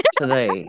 Today